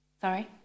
Sorry